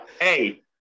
Hey